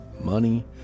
money